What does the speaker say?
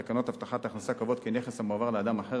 תקנות הבטחת הכנסה קובעות כי נכס המועבר לאדם אחר,